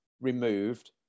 removed